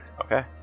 Okay